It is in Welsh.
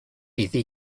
iddi